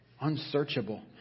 Unsearchable